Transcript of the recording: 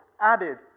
added